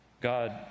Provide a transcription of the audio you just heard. God